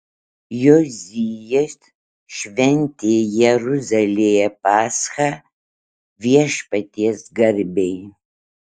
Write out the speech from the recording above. jozijas šventė jeruzalėje paschą viešpaties garbei